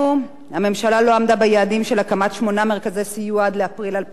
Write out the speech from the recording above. הממשלה לא עמדה ביעדים של הקמת שמונה מרכזי סיוע עד לאפריל 2011,